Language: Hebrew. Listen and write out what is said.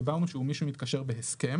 דיברנו שהוא מי שמתקשר בהסכם.